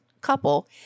couple